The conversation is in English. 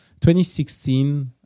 2016